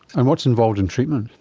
and what's involved in treatment?